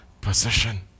possession